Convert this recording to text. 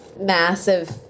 massive